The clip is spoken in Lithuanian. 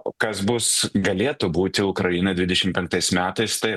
o kas bus galėtų būti ukrainai dvidešimt penktais metais tai